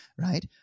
Right